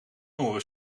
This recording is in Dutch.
horen